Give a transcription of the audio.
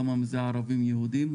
כמה מזה ערבים ויהודים?